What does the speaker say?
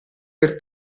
per